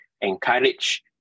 encourage